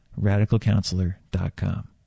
RadicalCounselor.com